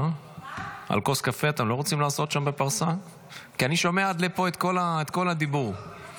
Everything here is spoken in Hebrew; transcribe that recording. כי אני שומע את הדיבור עד לפה.